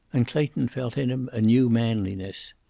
and clayton felt in him a new manliness.